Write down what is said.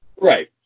Right